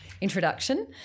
introduction